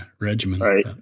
regimen